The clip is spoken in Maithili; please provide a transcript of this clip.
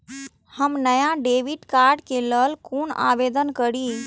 हम नया डेबिट कार्ड के लल कौना आवेदन करि?